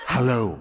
Hello